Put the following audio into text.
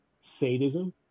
sadism